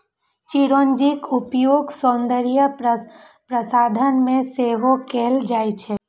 चिरौंजीक उपयोग सौंदर्य प्रसाधन मे सेहो कैल जाइ छै